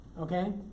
Okay